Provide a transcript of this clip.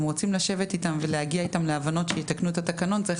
אם רוצים לשבת איתם ולהגיע איתם להבנות שיתקנו את התקנון צריך